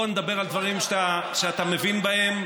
בוא נדבר על דברים שאתה מבין בהם,